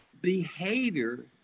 behavior